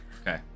Okay